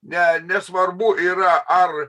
ne nesvarbu yra ar